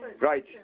Right